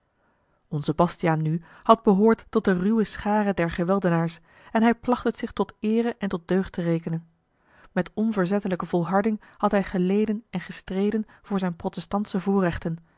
onze bastiaan nu had behoord tot de ruwe schare der geweldenaars en hij placht het zich tot eere en tot deugd te rekenen met onverzettelijke volharding had hij geleden en gestreden voor zijne protestantsche